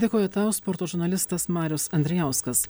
dėkoju tau sporto žurnalistas marius andrijauskas